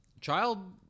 child